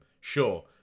Sure